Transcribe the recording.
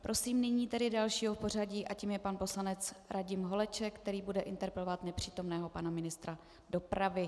Prosím nyní dalšího v pořadí a tím je pan poslanec Radim Holeček, který bude interpelovat nepřítomného pana ministra dopravy.